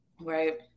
Right